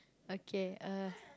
okay uh